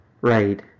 Right